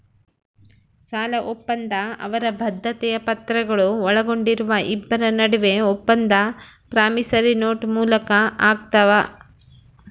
ಸಾಲಒಪ್ಪಂದ ಅವರ ಬದ್ಧತೆಯ ಪತ್ರಗಳು ಒಳಗೊಂಡಿರುವ ಇಬ್ಬರ ನಡುವೆ ಒಪ್ಪಂದ ಪ್ರಾಮಿಸರಿ ನೋಟ್ ಮೂಲಕ ಆಗ್ತಾವ